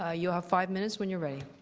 ah you have five minutes when you're ready.